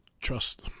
Trust